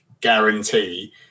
guarantee